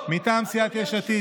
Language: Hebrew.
מטעם סיעת יש עתיד,